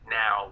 now